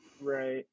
Right